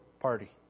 party